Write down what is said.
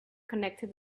connected